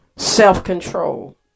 Self-control